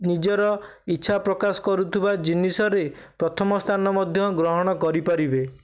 ନିଜର ଇଚ୍ଛା ପ୍ରକାଶ କରୁଥିବା ଜିନିଷରେ ପ୍ରଥମ ସ୍ଥାନ ମଧ୍ୟ ଗ୍ରହଣ କରିପାରିବେ